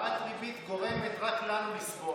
העלאת ריבית גורמת רק לנו לסבול.